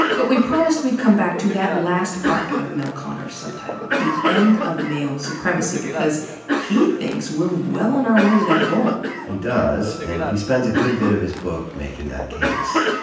but we promised we'd come back to that last part of mel konner's subtitle, the end of male supremacy, because he thinks we're well on our way to that goal. he does. and he spends a good bit of his book making that case.